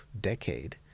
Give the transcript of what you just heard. decade